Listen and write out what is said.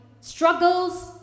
struggles